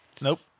Nope